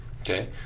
okay